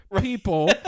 people